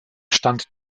stand